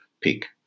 pick